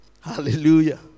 Hallelujah